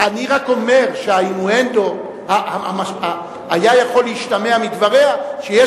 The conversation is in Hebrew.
אני רק אומר שהיה יכול להשתמע מדבריה שיש